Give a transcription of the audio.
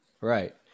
Right